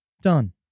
done